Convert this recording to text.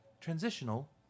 transitional